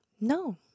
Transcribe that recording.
No